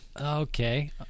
Okay